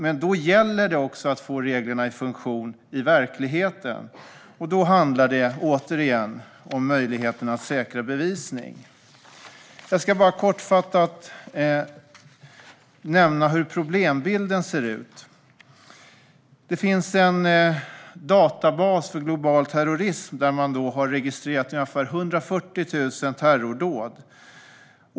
Men då gäller det också att få reglerna i funktion i verkligheten. Då handlar det återigen om möjligheten att säkra bevisning. Jag ska bara kortfattat nämna hur problembilden ser ut. Det finns en databas för global terrorism där man har registrerat ungefär 140 000 terrordåd.